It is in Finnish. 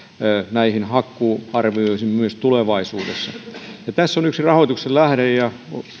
näihin hakkuuarvioihin myös tulevaisuudessa tässä on yksi rahoituksen lähde ja